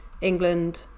England